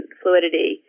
fluidity